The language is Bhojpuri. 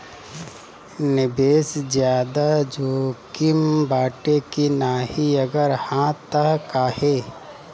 निवेस ज्यादा जोकिम बाटे कि नाहीं अगर हा तह काहे?